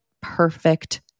perfect